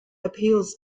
appeals